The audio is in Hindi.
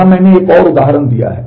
यहाँ मैंने एक और उदाहरण दिया है